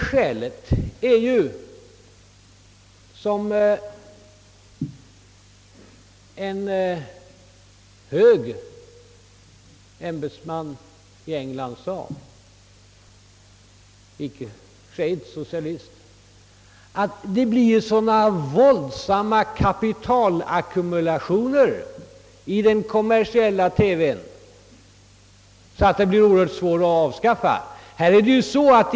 Skälet till att detta bolag inte har avskaffats är emellertid att, som en hög ämbetsman i England — själv icke socialist — sade att detta är så oerhört svårt genom de våldsamma kapitalackumulationerna i den kommersiella TV:n.